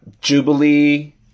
Jubilee